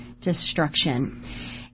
destruction